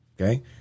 Okay